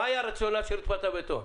מה היה הרציונל של רצפת הבטון?